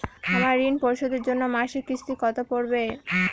আমার ঋণ পরিশোধের জন্য মাসিক কিস্তি কত পড়বে?